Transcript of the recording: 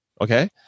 okay